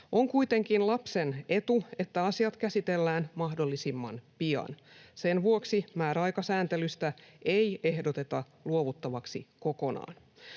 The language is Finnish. On kuitenkin lapsen etu, että asiat käsitellään mahdollisimman pian. Sen vuoksi määräaikasääntelystä ei ehdoteta luovuttavaksi kokonaan.